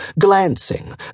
glancing